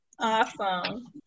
Awesome